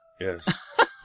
Yes